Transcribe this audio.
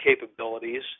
capabilities